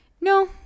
No